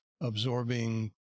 absorbing